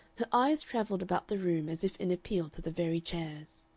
her eyes travelled about the room as if in appeal to the very chairs.